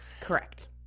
Correct